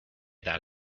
that